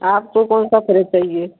आपको कौन सा फ़्रिज चाहिए